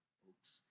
folks